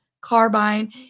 Carbine